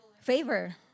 Favor